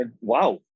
Wow